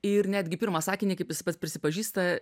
ir netgi pirmą sakinį kaip jis pats prisipažįsta